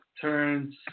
Turns